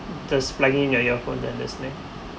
just flagging your your phone then listening